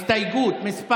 הסתייגות מס'